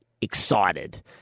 excited